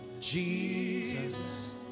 Jesus